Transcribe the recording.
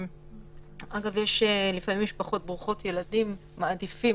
לפעמים יש משפחות ברוכות ילדים והם מעדיפים